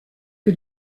que